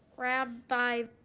rabbi